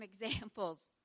examples